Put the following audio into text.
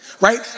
right